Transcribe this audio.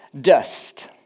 dust